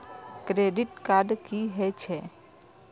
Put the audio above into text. Credit card की हे छे?